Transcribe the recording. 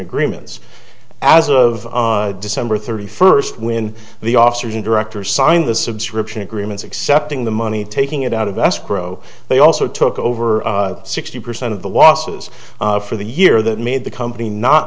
agreements as of december thirty first when the officers and directors signed the subscription agreements accepting the money taking it out of escrow they also took over sixty percent of the losses for the year that made the company not